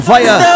Fire